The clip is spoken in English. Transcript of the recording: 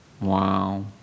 Wow